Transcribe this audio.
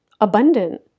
abundant